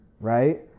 right